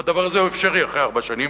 והדבר הזה אפשרי אחרי ארבע שנים,